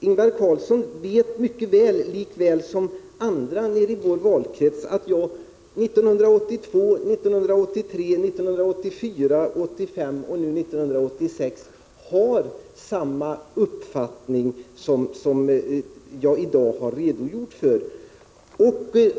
Ingvar Karlsson vet lika väl som alla andra i vår valkrets att jag 1982, 1983, 1984, 1985 och nu 1986 har haft den uppfattning som jag i dag har redogjort för.